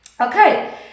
Okay